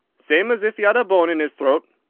same as if he had a bone in his throat,